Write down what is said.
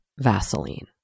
Vaseline